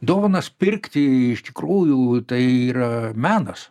dovanas pirkti iš tikrųjų tai yra menas